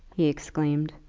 he exclaimed.